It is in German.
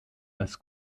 als